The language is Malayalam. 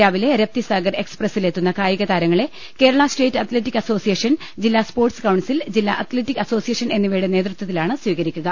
രാവിലെ റപ്തി സാഗർ എക്സ്പ്രസിൽ എത്തുന്ന കായിക താരങ്ങളെ കേരള സ്റ്റേറ്റ് അത്ലറ്റിക് അസോസിയേഷൻ ജില്ലാ സ്പോർട്സ് കൌൺസിൽ ജില്ലാ അത്ലറ്റിക് അസോസിയേഷൻ എന്നിവയുടെ നേതത്വത്തിലാണ് സ്വീകരിക്കുക